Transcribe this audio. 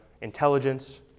intelligence